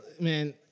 Man